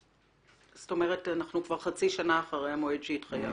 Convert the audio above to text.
אנחנו כבר חצי שנה אחרי המועד שהתחייבתם.